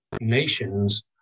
nations